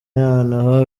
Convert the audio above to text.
noneho